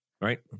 Right